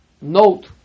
note